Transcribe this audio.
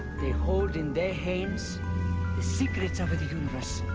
they hold in their hands the secrets of the universe.